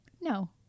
No